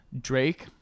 Drake